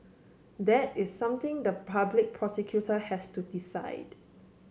that is something the public prosecutor has to decide